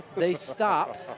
they stopped,